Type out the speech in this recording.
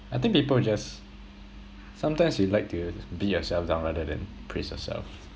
I think people just sometimes you like to beat yourself down rather than praise yourself